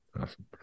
Awesome